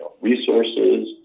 resources